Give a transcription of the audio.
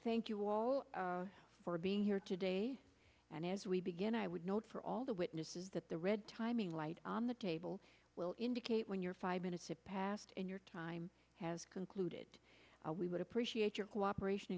thank you all for being here today and as we begin i would note for all the witnesses that the red timing light on the table will indicate when your five minutes have passed and your time has concluded we would appreciate your cooperation